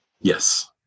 Yes